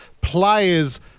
players